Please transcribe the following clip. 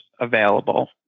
available